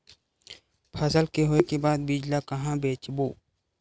फसल के होय के बाद बीज ला कहां बेचबो?